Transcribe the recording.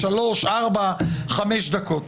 ביחד, שלוש, ארבע, חמש דקות.